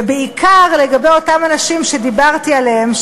ובעיקר לגבי אותם אנשים שדיברתי עליהם,